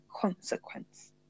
consequence